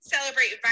Celebrate